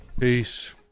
Peace